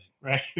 Right